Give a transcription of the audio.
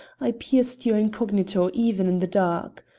i pierced your incognito even in the dark.